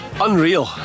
Unreal